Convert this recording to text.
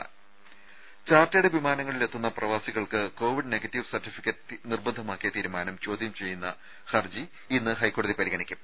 രുമ ചാർട്ടേഡ് വിമാനങ്ങളിലെത്തുന്ന പ്രവാസികൾക്ക് കോവിഡ് നെഗറ്റീവ് സർട്ടിഫിക്കറ്റ് നിർബന്ധമാക്കിയ തീരുമാനം ചോദ്യം ചെയ്യുന്ന ഹർജി ഇന്ന് ഹൈക്കോടതി പരിഗണിക്കും